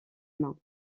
main